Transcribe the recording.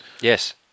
Yes